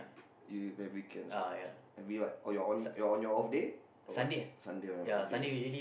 you maybe cancel maybe what or you're on you're on your off day or what Sunday on my off day